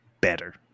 better